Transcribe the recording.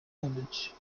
image